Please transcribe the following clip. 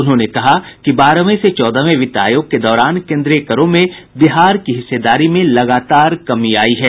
उन्होंने कहा कि बारहवें से चौदहवें वित्त आयोग के दौरान केंद्रीय करों में बिहार की हिस्सेदारी में लगातार कमी आई है